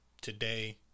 Today